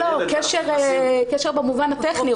קשר במובן הטכני.